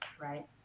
right